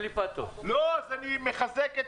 אז אני מחזק את